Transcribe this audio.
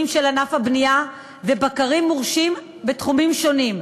של ענף הבנייה ובקרים מורשים בתחומים שונים,